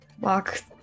Walk